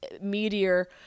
meteor